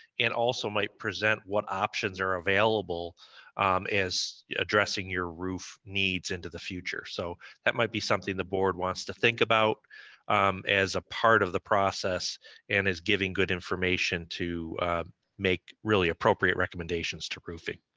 and also might present what options are available as addressing your roof needs into the future. so that might be something the board wants to think about as a part of the process and is giving good information to make really appropriate recommendations to roofing.